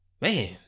man